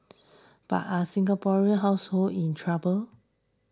but are Singaporean households in trouble